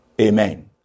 Amen